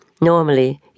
normally